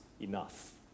enough